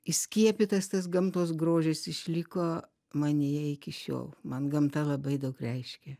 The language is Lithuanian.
įskiepytas tas gamtos grožis išliko manyje iki šiol man gamta labai daug reiškia